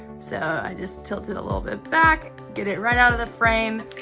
so i just tilt it a little bit back, get it right out of the frame.